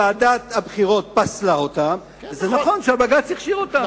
זה נכון שוועדת הבחירות פסלה אותם ונכון שהבג"ץ הכשיר אותם,